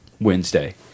Wednesday